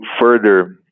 further